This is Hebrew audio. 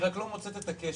היא רק היא לא מוצאת את הקשר.